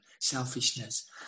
selfishness